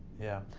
yeah.